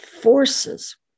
forces